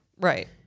Right